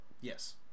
yes